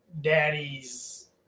Daddy's